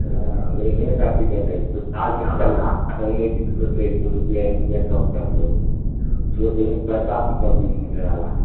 हाँ रेलवे का टिकट है इसमें दाल चावल नाश्ता नहीं है कि इसमें से एक दो रुपिया एक रुपिया कम कर दो उसमें से एक पैसा भी कम नहीं होने वाला है